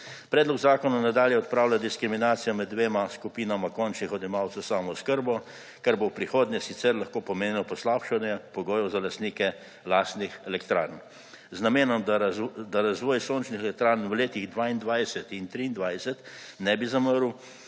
Predlog zakona nadalje odpravlja diskriminacijo med 2 skupinama končnih odjemalcev s samooskrbo, kar bo v prihodnje sicer lahko pomenilo poslabšanje pogojev za lastnike lastnih elektrarn. Z namenom, da razvoj sončnih elektrarn v letih 2022 in 2023 ne bi zamrl,